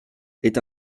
est